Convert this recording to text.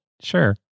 Sure